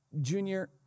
Junior